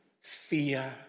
fear